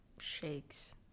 shakes